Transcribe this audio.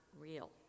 real